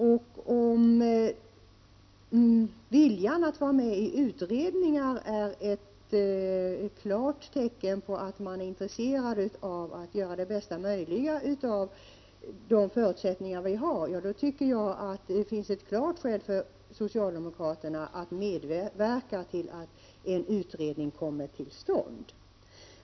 Om viljan att vara med i utredningar är ett klart tecken på intresse av att göra det bästa möjliga av de förutsättningar som finns, så tycker jag att det är ett klart skäl för socialdemokraterna att medverka till att en utredning kommer till stånd.